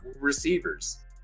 receivers